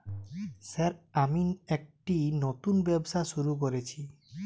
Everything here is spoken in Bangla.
স্যার আমি একটি নতুন ব্যবসা শুরু করেছি?